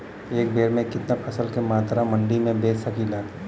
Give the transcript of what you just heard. एक बेर में कितना फसल के मात्रा मंडी में बेच सकीला?